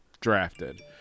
drafted